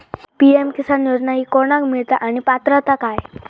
PM Kisan योजना ही कोणाक मिळता आणि पात्रता काय?